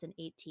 2018